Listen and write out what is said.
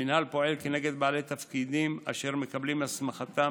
המינהל פועל כנגד בעלי תפקידים אשר מקבלים את הסמכתם